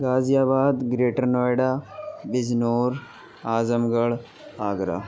غازی آباد greater Noida Bijnor Azamgarh Agra